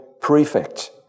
Prefect